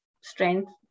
strength